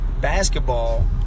basketball